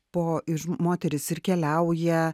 po iš moterys ir keliauja